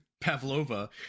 Pavlova